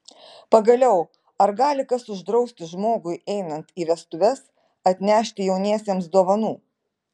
pagaliau ar gali kas uždrausti žmogui einant į vestuves atnešti jauniesiems dovanų